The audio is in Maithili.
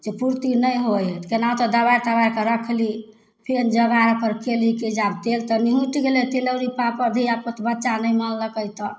जे पूर्ति नहि होइ हइ केना कए दबारि तबारिकए रखली केहेन जोगार केली जे तेल तऽ निहुटि गेलै तिलौड़ी पापड़ धिआपुत बच्चा नहि मानलकै तऽ